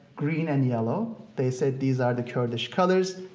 green, and yellow. they said these are the kurdish colors,